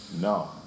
No